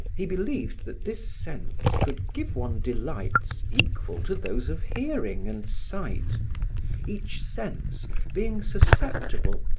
he believed that this sense could give one delights equal to those of hearing and sight each sense being susceptible,